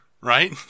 right